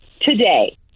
today